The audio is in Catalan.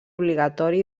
obligatori